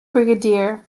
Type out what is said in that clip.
brigadier